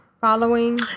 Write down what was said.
following